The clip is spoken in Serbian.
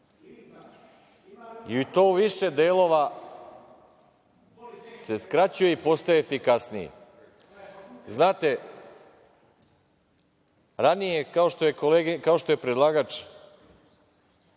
i to u više delova se skraćuje i postaje efikasniji. Znate, kao što je predlagač,